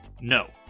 no